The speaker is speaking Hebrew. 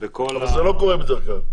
זה לא קורה בדרך כלל?